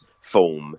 form